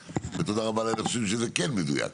ותודה רבה לאלה שחושבים שזה כן מדויק.